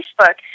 Facebook